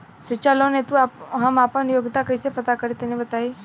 शिक्षा लोन हेतु हम आपन योग्यता कइसे पता करि तनि बताई?